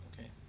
Okay